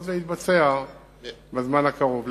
כל זה יתבצע בזמן הקרוב.